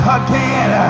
again